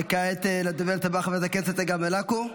וכעת לדוברת הבאה, חברת הכנסת צגה מלקו,